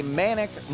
manic